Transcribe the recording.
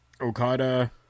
Okada